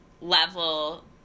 level